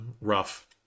Rough